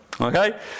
Okay